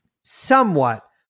somewhat